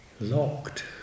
locked